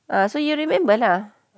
ah so you remember lah